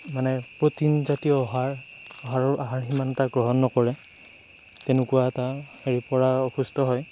মানে প্ৰটিন জাতীয় আহাৰ আহাৰ সিমানখিনি গ্ৰহণ নকৰে তেনেকুৱা এটা হেৰিৰ পৰা অসুস্থ হয়